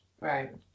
Right